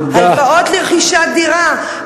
הלוואות לרכישת דירה,